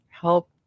help